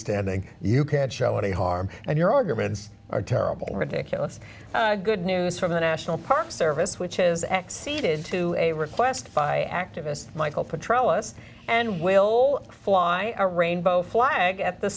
standing you can't show any harm and your arguments are terrible ridiculous good news for the national park service which is acceded to a request by activist michael patro us and will fly a rainbow flag at the